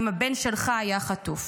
אם הבן שלך היה חטוף?